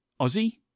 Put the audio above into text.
aussie